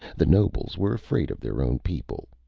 the nobles were afraid of their own people,